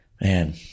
man